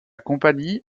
compagnie